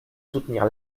soutenir